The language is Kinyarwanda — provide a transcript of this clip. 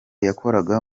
yakoraga